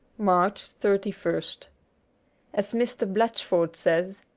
march thirty first as mr. blatchford says,